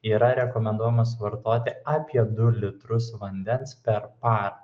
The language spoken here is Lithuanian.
yra rekomenduojama suvartoti apie du litrus vandens per parą